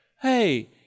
hey